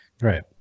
Right